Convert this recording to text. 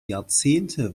jahrzehnte